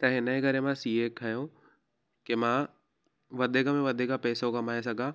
त हिन जे करे मां सीए खंयो की मां वधीक में वधीक पैसो कमाए सघां